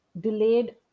delayed